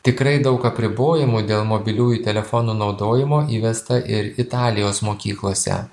tikrai daug apribojimų dėl mobiliųjų telefonų naudojimo įvesta ir italijos mokyklose